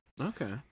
Okay